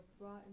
brought